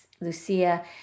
Lucia